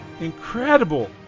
incredible